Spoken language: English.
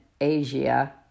Asia